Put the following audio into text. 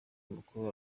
amakuru